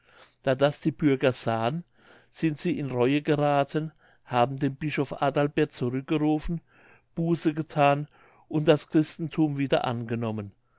da das die bürger sahen sind sie in reue gerathen haben den bischof adalbert zurückgerufen buße gethan und das christenthum wieder angenommen